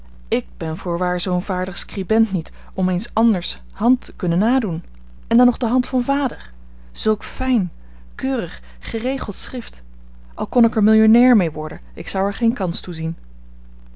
ik ben voorwaar zoo'n vaardig scribent niet om eens anders hand te kunnen nadoen en dan nog de hand van vader zulk fijn keurig geregeld schrift al kon ik er millionnair mee worden ik zou er geen kans toe